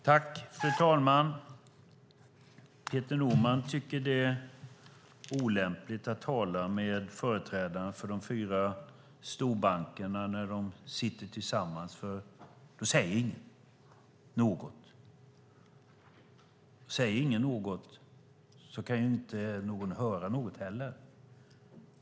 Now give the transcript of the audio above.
Fru talman! Peter Norman tycker att det är olämpligt att tala med företrädare för de fyra storbankerna när de sitter tillsammans, eftersom ingen säger något då. Säger ingen något, då kan ingen höra något heller.